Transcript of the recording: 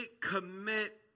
commit